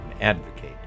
advocate